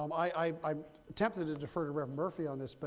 um i'm i'm tempted to defer to reverend murphy on this. but